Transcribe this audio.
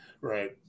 right